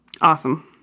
Awesome